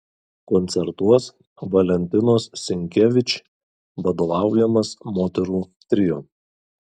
koncertuos valentinos sinkevič vadovaujamas moterų trio